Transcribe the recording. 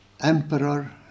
emperor